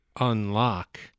unlock